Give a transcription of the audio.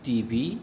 TV